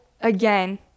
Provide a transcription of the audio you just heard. again